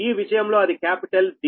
ఈ విషయంలో అది క్యాపిటల్ D